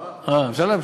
לא, אפשר להמשיך.